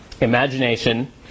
imagination